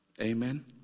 Amen